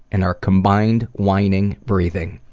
and our combined whining breathing.